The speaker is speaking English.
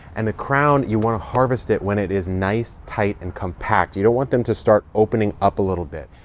and the crown, you want to harvest it when it is nice, tight and compact. you don't want them to start opening up a little bit.